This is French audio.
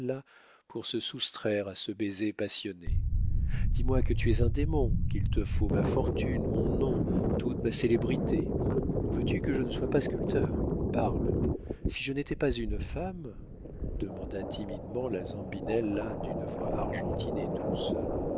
pour se soustraire à ce baiser passionné dis-moi que tu es un démon qu'il te faut ma fortune mon nom toute ma célébrité veux-tu que je ne sois pas sculpteur parle si je n'étais pas une femme demanda timidement la zambinella d'une voix argentine et douce